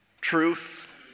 Truth